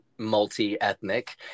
multi-ethnic